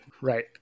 Right